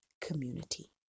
community